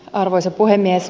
arvoisa puhemies